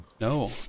No